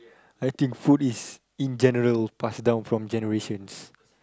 I think food is in general passed down from generations